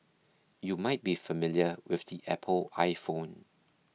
you might be familiar with the Apple iPhone